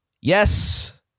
Yes